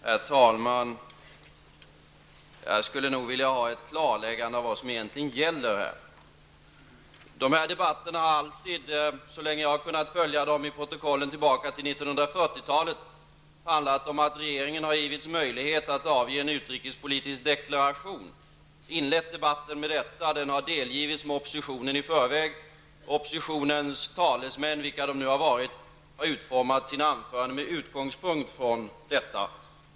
Herr talman! Jag vill ha ett klarläggande av vad som egentligen gäller här. Dessa debatter har alltid, så långt tillbaka som jag har kunnat följa dem i protokollet, till 1940-talet, handlat om att regeringen har givits möjlighet att avge en utrikespolitisk deklaration. Debatten har inletts med denna, och den har delgetts oppositionen i förväg. Oppositionens talesmän, vilka de nu har varit, har utformat sina anföranden med utgångspunkt i regeringens deklaration.